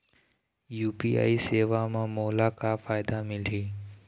UPI सेवा म मोला का फायदा मिलही?